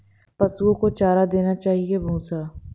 पशुओं को चारा देना चाहिए या भूसा?